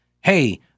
hey